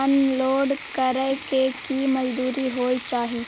अन लोड करै के की मजदूरी होय चाही?